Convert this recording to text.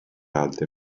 alte